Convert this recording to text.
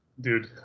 dude